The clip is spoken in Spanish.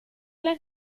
las